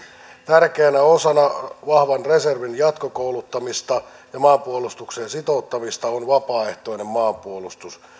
tärkeänä osana vahvan reservin jatkokouluttamista ja maanpuolustukseen sitouttamista on vapaaehtoinen maanpuolustus